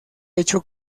hecho